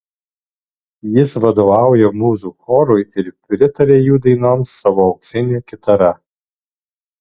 jis vadovauja mūzų chorui ir pritaria jų dainoms savo auksine kitara